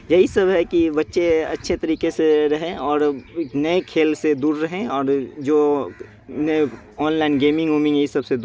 یہی سب ہے کہ بچّے اچھے طریقے سے رہیں اور نئے کھیل سے دور رہیں اور جو نئے آن لائن گیمنگ اومنگ یہ سب سے